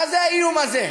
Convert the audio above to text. מה זה האיום הזה?